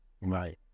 Right